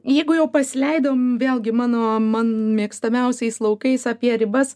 jeigu jau pasileidom vėlgi mano man mėgstamiausiais laukais apie ribas